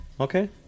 Okay